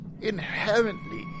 inherently